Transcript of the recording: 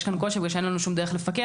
יש כאן קושי בגלל שאין לנו שום דרך לפקח.